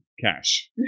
cash